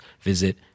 visit